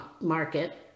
Market